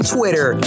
Twitter